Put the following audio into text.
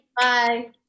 Bye